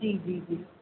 जी जी जी